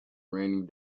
raining